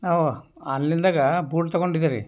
ನಾವು ಆನ್ಲೈನ್ದಾಗ ಬೂಟ್ ತೊಗೊಂಡಿದ್ದೀವ್ರಿ